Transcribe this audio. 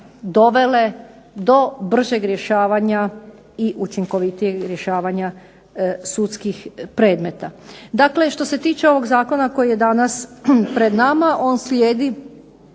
dovele do bržeg i učinkovitijeg rješavanja sudskih predmeta. Dakle, što se tiče ovog Zakona koji je danas pred nama on slijedi